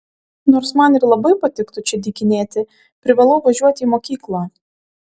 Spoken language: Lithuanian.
nors man ir labai patiktų čia dykinėti privalau važiuoti į mokyklą